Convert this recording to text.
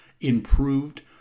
improved